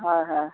হয় হয়